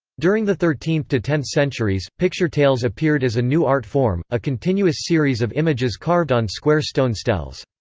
during the thirteenth to tenth centuries, picture tales appeared as a new art form a continuous series of images carved on square stone steles.